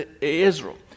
Israel